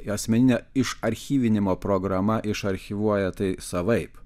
asmeninė išarchyvinimo programa išarchyvuoja tai savaip